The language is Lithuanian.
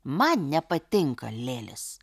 man nepatinka lėlės